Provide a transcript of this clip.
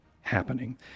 happening